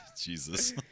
Jesus